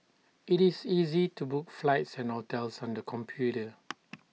IT is easy to book flights and hotels on the computer